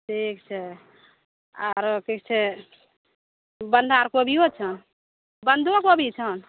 ठीक छै आरो ठीक छै बॅंधा कोबियो छनि बँधो कोबियो छनि